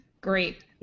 Great